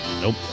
Nope